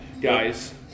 guys